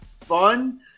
fun